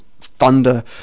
thunder